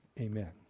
Amen